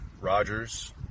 rogers